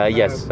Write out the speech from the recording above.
yes